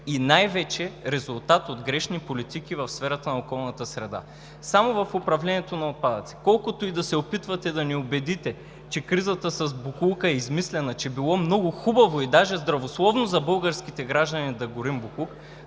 и най-вече резултат от грешни политики в сферата на околната среда. Само в управлението на отпадъци, колкото и да се опитвате да ни убедите, че кризата с боклука е измислена, че било много хубаво и даже здравословно за българските граждани да горим боклук,